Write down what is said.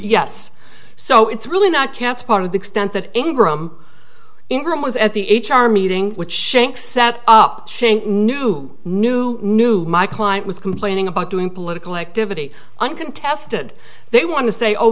yes so it's really not cats part of the extent that engram ingram was at the h r meeting with shanks set up shane new new new my client was complaining about doing political activity uncontested they want to say oh